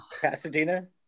Pasadena